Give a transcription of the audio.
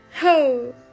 Ho